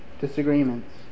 disagreements